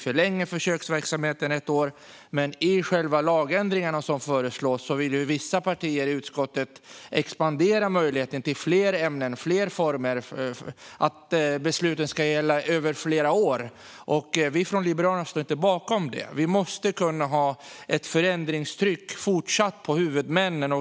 Försöksverksamheten förlängs ett år, men i de lagändringar som föreslås vill vissa partier i utskottet expandera möjligheten till fler ämnen och fler former och att besluten ska gälla över flera år. Vi i Liberalerna står inte bakom det. Det måste även i fortsättningen finnas ett förändringstryck på huvudmännen.